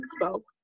spoke